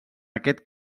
aquest